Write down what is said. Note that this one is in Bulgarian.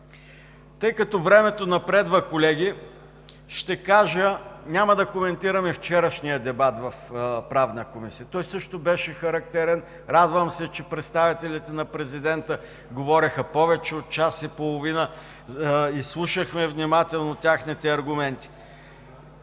Тъй като времето напредва, колеги, няма да коментирам вчерашния дебат в Правната комисия. Той също беше характерен. Радвам се, че представителите на президента говориха повече от час и половина, изслушахме внимателно техните аргументи.